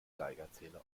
geigerzähler